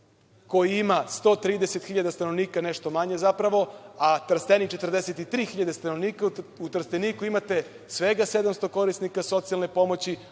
koji ima 130 hiljada stanovnika, nešto manje zapravo, a Trstenik 43 hiljade stanovnika. U Trsteniku imate svega 700 korisnika socijalne pomoći